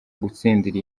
gutsindira